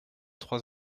trois